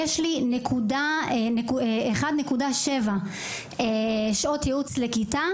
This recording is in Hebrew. יש לי 1.7 שעות ייעוץ לכיתה,